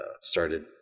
started